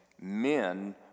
men